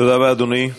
תודה רבה, אדוני.